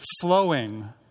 flowing